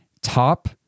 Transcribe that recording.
top